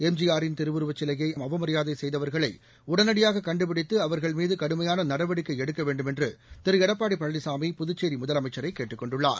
M G ஆரின் உருவச்சிலையை அவமரியாதை செய்தவர்களை உடனடியாக கண்டுபிடித்து அவர்கள் மீது கடுமையான நடவடிக்கை எடுக்க வேண்டுமென்று திரு எடப்பாடி பழனிசாமி புதுச்சேரி முதலமைச்சரை கேட்டுக் கொண்டுள்ளார்